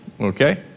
Okay